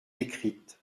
écrite